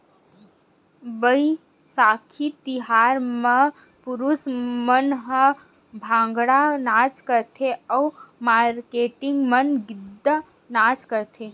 बइसाखी तिहार म पुरूस मन ह भांगड़ा नाच करथे अउ मारकेटिंग मन गिद्दा नाच करथे